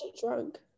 drunk